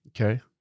Okay